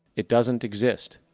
it doesn't exist.